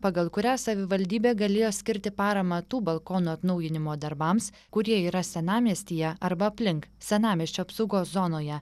pagal kurią savivaldybė galėjo skirti paramą tų balkonų atnaujinimo darbams kurie yra senamiestyje arba aplink senamiesčio apsaugos zonoje